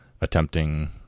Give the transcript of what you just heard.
attempting